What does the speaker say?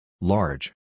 Large